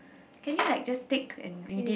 can you like just take and read it